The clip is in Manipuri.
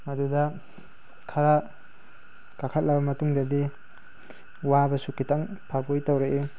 ꯑꯗꯨꯗ ꯈꯔ ꯀꯥꯈꯠꯂꯕ ꯃꯇꯨꯡꯗꯗꯤ ꯋꯥꯕꯁꯨ ꯈꯤꯇꯪ ꯐꯕꯣꯏ ꯇꯧꯔꯛꯏ